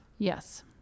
Yes